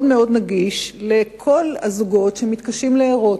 מאוד מאוד נגיש לכל הזוגות שמתקשים להרות.